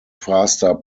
faster